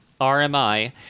RMI